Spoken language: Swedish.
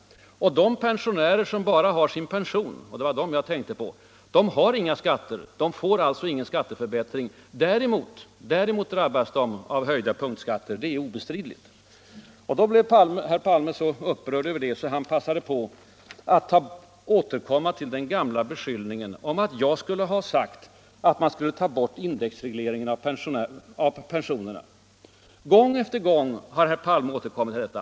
De pensionärer som bara har sin pension — det var dem jag tänkte på — har inga skatter och får alltså inga skattesänkningar. Däremot drabbas de obestridligen av höjda punktskatter. Då jag sade detta, blev herr Palme så upprörd att han återkom med den gamla beskyllningen att jag skulle ha sagt att man skall ta bort indexregleringen av pensionerna. Gång på gång har herr Palme upprepat detta.